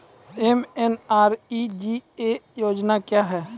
MNREGA योजना क्या हैं?